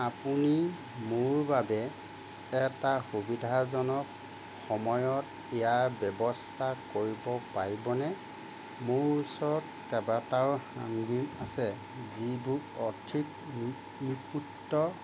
আপুনি মোৰ বাবে এটা সুবিধাজনক সময়ত ইয়াৰ ব্যৱস্থা কৰিব পাৰিবনে মোৰ ওচৰত কেইবাটাও সাংগ্ৰী আছে যিবোৰৰ সঠিক নিপুত্ৰ